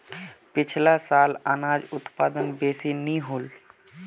पिछला साल अनाज उत्पादन बेसि नी होल